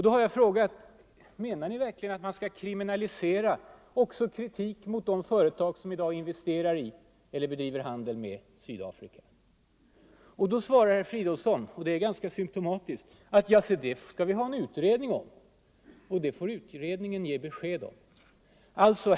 Då har jag frågat: Menar ni moderater verkligen att man skall kriminalisera också kritik mot de företag som i dag investerar i eller bedriver handel med Sydafrika? På det svarar herr Fridolfsson, och det är ganska symptomatiskt: det skall vi ha en utredning om, och det får utredningen ge besked om.